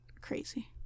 Crazy